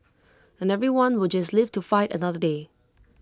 and everyone will just live to fight another day